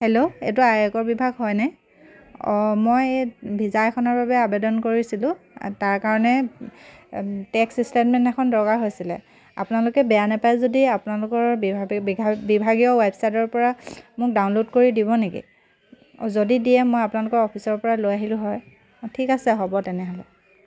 hello এইটো আয়কৰ বিভাগ হয়নে অঁ মই এই ভিজা এখনৰ বাবে আবেদন কৰিছিলোঁ তাৰ কাৰণে টেক্স ষ্টেটমেণ্ট এখন দৰকাৰ হৈছিলে আপোনালোকে বেয়া নাপায় যদি আপোনালোকৰ বিভাগ বিভাগ বিভাগীয় ৱেবছাইটৰ পৰা মোক ডাউনলোড কৰি দিব নেকি অঁ যদি দিয়ে মই আপোনালোকৰ অফিচৰ পৰা লৈ আহিলোঁ হয় অঁ ঠিক আছে হ'ব তেনেহ'লে